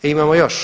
Imamo još.